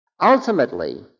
Ultimately